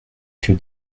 que